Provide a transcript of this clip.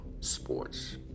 Sports